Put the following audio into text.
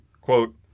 Quote